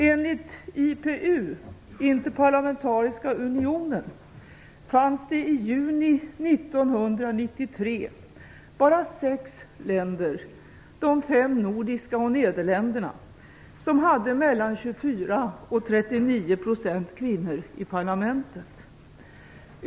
Enligt IPU, Interparlamentariska unionen, fanns det i juni 1993 bara sex länder - de fem nordiska och Nederländerna - som hade mellan 24 och 39 % kvinnor i parlamentet.